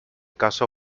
caso